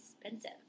expensive